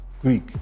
Greek